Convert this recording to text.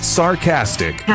sarcastic